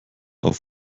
auf